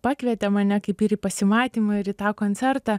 pakvietė mane kaip ir į pasimatymą ir į tą koncertą